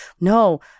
no